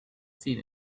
seen